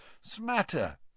Smatter